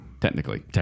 Technically